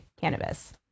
cannabis